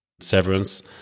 severance